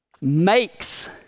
makes